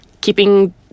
Keeping